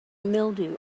mildew